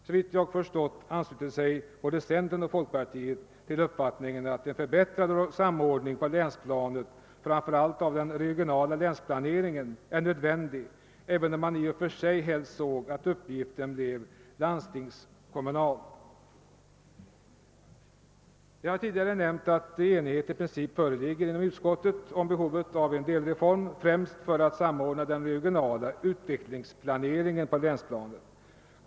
Såvitt jag har förstått ansluter sig både centern och folkpartiet till uppfattningen att en förbättrad samordning på länsplanet, framför allt av den regionala länsplaneringen, är nödvändig, även om man i och för sig helst såg att uppgiften blev landstingskommunal. Jag har tidigare nämnt att enighet i princip föreligger inom utskottet om behovet av en delreform främst för att samordna den regionala utvecklingsplaneringen på länsplanet.